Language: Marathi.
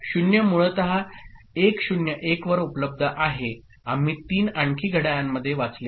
0 मूळतः 1 0 1 वर उपलब्ध आहे आम्ही तीन आणखी घड्याळांमध्ये वाचले आहे